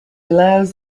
allows